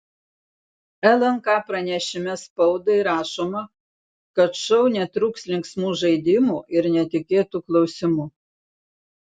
lnk pranešime spaudai rašoma kad šou netrūks linksmų žaidimų ir netikėtų klausimų